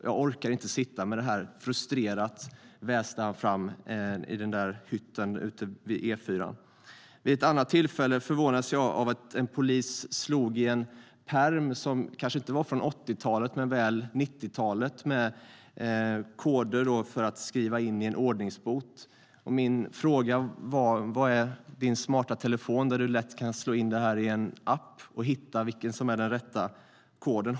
Jag orkar inte sitta med det här, väste han fram frustrerat i den där hytten vid E4.Vid ett annat tillfälle förvånades jag av att en polis som skulle skriva in en ordningsbot slog i en pärm som kanske inte var från 80-talet men väl 90-talet för att hitta rätt kod. Min fråga var: Var är din smarta telefon, där du lätt kan slå in det här i en app och hitta den rätta koden?